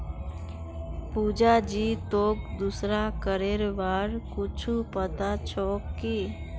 पुजा जी, तोक दूसरा करेर बार कुछु पता छोक की